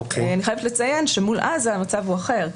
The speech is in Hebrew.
אני חייבת לציין שמול עזה המצב הוא אחר,